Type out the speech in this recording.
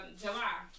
July